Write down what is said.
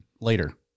later